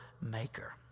maker